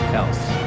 else